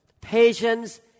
patience